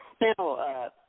Now